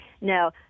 now